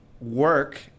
work